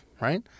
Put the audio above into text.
right